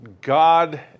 God